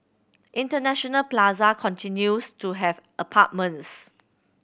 International Plaza continues to have apartments